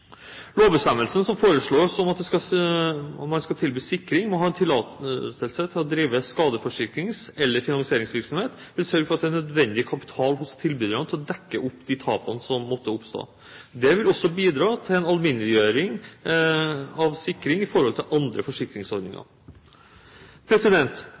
Lovbestemmelsen som foreslås om at de som skal tilby sikring, må ha tillatelse til å drive skadeforsikrings- eller finansieringsvirksomhet, vil sørge for at det er nødvendig kapital hos tilbyderne til å dekke opp de tapene som måtte oppstå. Det vil også bidra til en alminneliggjøring av sikring i forhold til andre